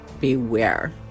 beware